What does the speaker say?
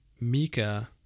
Mika